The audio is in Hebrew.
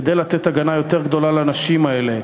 כדי לתת הגנה יותר גדולה לנשים האלה.